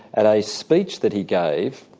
at a speech that he gave,